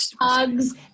hugs